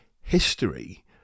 history